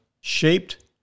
shaped